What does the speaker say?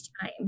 time